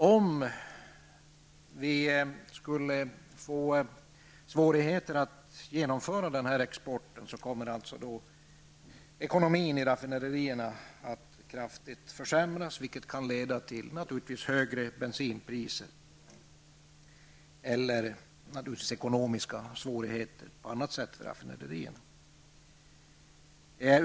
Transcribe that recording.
Om det skulle bli svårigheter med att genomföra denna export kommer ekonomin i raffinaderierna att kraftigt försämras, vilket naturligtvis kan leda till högre bensinpriser eller andra ekonomiska bekymmer för raffinaderierna.